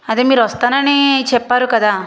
అదే మీరు వస్తానని చెప్పారు కదా